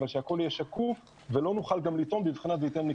אבל שהכל יהיה שקוף ולא נוכל גם לטעון בבחינת ---.